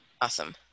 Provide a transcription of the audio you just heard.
Awesome